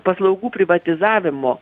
paslaugų privatizavimo